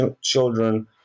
children